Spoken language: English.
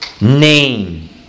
name